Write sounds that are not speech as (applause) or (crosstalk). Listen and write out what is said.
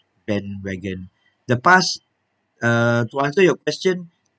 bandwagon (breath) the past uh to answer your question